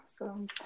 awesome